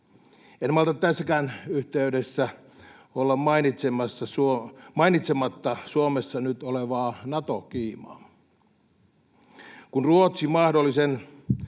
En malta tässäkään yhteydessä olla mainitsematta Suomessa nyt olevaa Nato-kiimaa. Kun Ruotsi mahdollisen